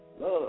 Love